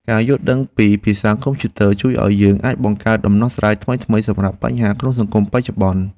ការយល់ដឹងពីភាសាកុំព្យូទ័រជួយឱ្យយើងអាចបង្កើតដំណោះស្រាយថ្មីៗសម្រាប់បញ្ហាក្នុងសង្គមបច្ចុប្បន្ន។